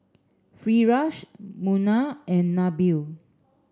Firash Munah and Nabil